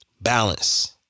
Balance